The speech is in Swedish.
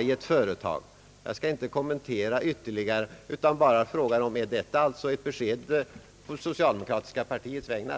i ett företag skall vara? Jag kommenterar det inte ytterligare utan frågar bara om detta är ett besked på det socialdemokratiska partiets vägnar.